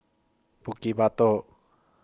Bukit Batok